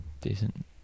Decent